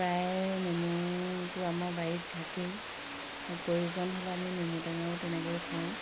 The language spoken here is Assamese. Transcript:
প্ৰায়ে নেমুটো আমাৰ বাৰীত থাকেই প্ৰয়োজন হ'লে আমি নেমু টেঙাও তেনেকৈ খাওঁ